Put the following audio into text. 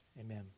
Amen